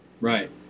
Right